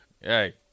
hey